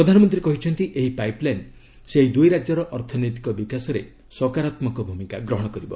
ପ୍ରଧାନମନ୍ତ୍ରୀ କହିଛନ୍ତି ଏହି ପାଇପ୍ଲାଇନ୍ ସେହି ଦୁଇ ରାଜ୍ୟର ଅର୍ଥନୈତିକ ବିକାଶରେ ସକାରାତ୍ମକ ଭୂମିକା ଗ୍ରହଣ କରିବ